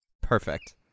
Perfect